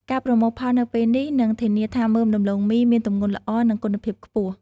ការប្រមូលផលនៅពេលនេះនឹងធានាថាមើមដំឡូងមីមានទម្ងន់ល្អ និងគុណភាពខ្ពស់។